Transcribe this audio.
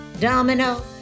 Domino